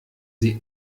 sie